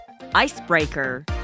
Icebreaker